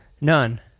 None